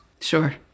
sure